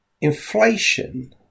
Inflation